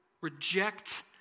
reject